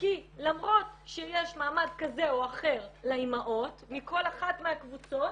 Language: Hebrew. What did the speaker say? כי למרות שיש מעמד כזה או אחר לאמהות מכל אחת מהקבוצות,